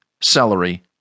celery